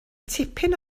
tipyn